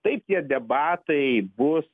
taip tie debatai bus